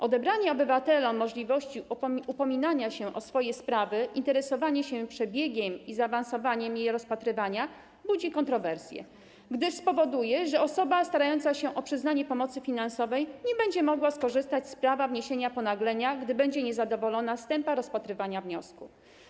Odebranie obywatelom możliwości upominania się o swoje sprawy, interesowania się przebiegiem i zaawansowaniem ich rozpatrywania budzi kontrowersje, gdyż spowoduje, że osoba starająca się o przyznanie pomocy finansowej nie będzie mogła skorzystać z prawa wniesienia ponaglenia, gdy będzie niezadowolona z tempa rozpatrywania wniosku.